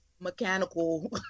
mechanical